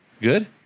Good